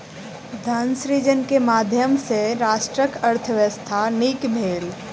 धन सृजन के माध्यम सॅ राष्ट्रक अर्थव्यवस्था नीक भेल